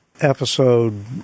episode